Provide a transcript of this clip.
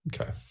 Okay